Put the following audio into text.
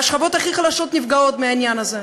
והשכבות הכי חלשות נפגעות מהעניין הזה.